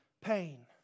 pain